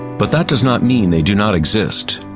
but that does not mean they do not exist.